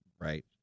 Right